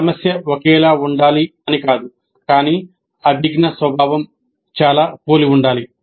సమస్య ఒకేలా ఉండాలి అని కాదు కానీ అభిజ్ఞా స్వభావం చాలా పోలి ఉండాలి